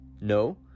No